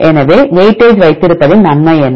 எனவே வெயிட்டேஜ் வைத்திருப்பதன் நன்மை என்ன